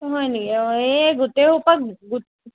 অঁ হয় নি অঁ এই গোটেইসোপাক গোট